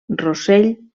rossell